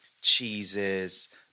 cheeses